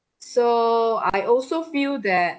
so I also feel that